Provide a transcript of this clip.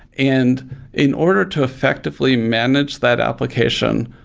and in order to effectively manage that application,